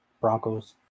Broncos